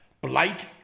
blight